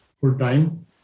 full-time